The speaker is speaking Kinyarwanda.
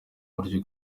buryo